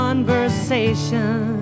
Conversation